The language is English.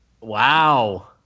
Wow